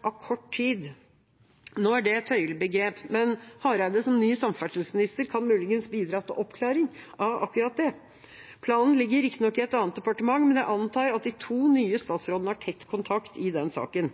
av kort tid». Nå er det et tøyelig begrep, men statsråd Hareide, som ny samferdselsminister, kan muligens bidra til oppklaring av akkurat det. Planen ligger riktignok i et annet departement, men jeg antar at de to nye statsrådene har tett kontakt i den saken.